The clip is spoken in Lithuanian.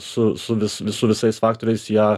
su suvis su visais faktoriais ją